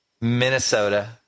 Minnesota